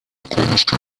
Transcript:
کالسکه